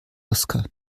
oskar